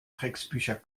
drecksbücher